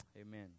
Amen